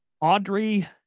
Audrey